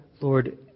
Lord